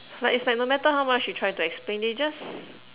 like it's like no matter how much you try to explain they just